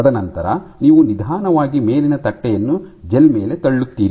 ತದನಂತರ ನೀವು ನಿಧಾನವಾಗಿ ಮೇಲಿನ ತಟ್ಟೆಯನ್ನು ಜೆಲ್ ಮೇಲೆ ತಳ್ಳುತ್ತೀರಿ